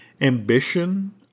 ambition